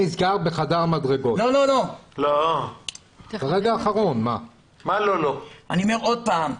אני אומר עוד פעם.